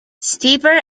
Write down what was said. steeper